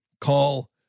call